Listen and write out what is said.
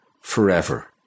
forever